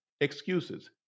excuses